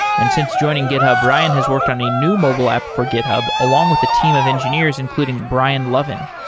and since joining github, ryan has worked on a new mobile app for github along with a team of engineers, including brian lovin.